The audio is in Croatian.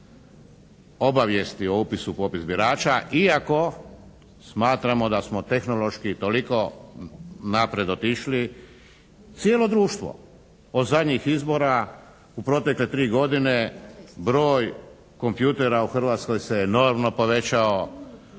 obavijesti o upisu u popis birača iako smatramo da smo tehnološki toliko napred otišli cijelo društvo od zadnjih izbora u protekle 3 godine broj kompjutora u Hrvatskoj se enormno povećao,